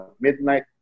midnight